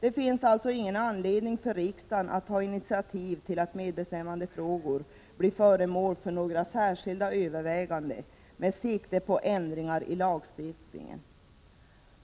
Det finns alltså ingen anledning för riksdagen att ta initiativ till att medbestämmandefrågor blir föremål för några särskilda överväganden med sikte på ändringar i lagstiftningen.